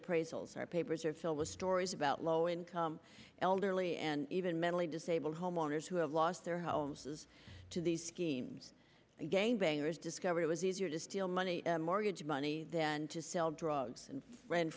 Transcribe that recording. appraisals our papers are filled with stories about low income elderly and even mentally disabled homeowners who have lost their homes as to these schemes again bangerz discovered it was easier to steal money mortgage money than to sell drugs and rent